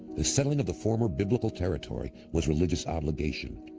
the settling of the former biblical territory was religious obligation,